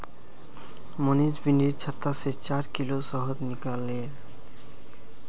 मनीष बिर्निर छत्ता से चार किलो शहद निकलाले